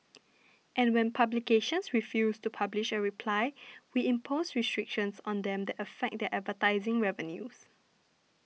and when publications refuse to publish a reply we impose restrictions on them that affect their advertising revenues